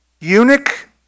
eunuch